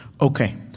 Okay